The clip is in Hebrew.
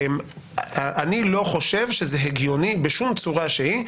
אני לא חושב שזה הגיוני בשום צורה שהיא,